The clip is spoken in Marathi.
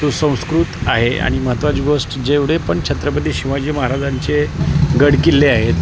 सुसंस्कृत आहे आणि महत्त्वाची गोष्ट जेवढे पण छत्रपती शिवाजी महाराजांचे गडकिल्ले आहेत